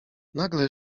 nagle